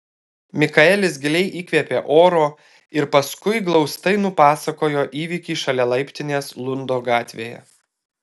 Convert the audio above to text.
mikaelis giliai įkvėpė oro ir paskui glaustai nupasakojo įvykį šalia laiptinės lundo gatvėje